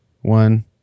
one